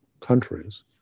countries